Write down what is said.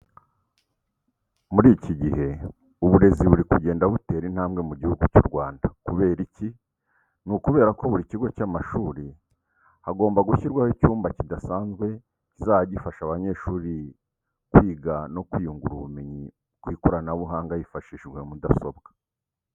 Muri iki gihe, uburezi buri kugenda butera intambwe mu Gihugu cy'u Rwanda, kubera iki? Ni ukubera ko buri kigo cy'amashuri, hagomba gushyirwaho icyumba kidasanzwe kizajya gifasha abanyeshuri kwiga no kwiyungura ubumenyi ku ikoranabuhanga hifashishijwe mudasobwa.